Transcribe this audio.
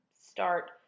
start